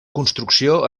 construcció